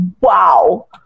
wow